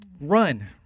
run